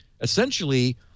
essentially